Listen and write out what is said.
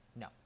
no